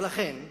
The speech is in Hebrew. לכן,